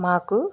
మాకు